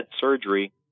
surgery